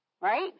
Right